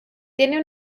tiene